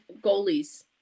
goalies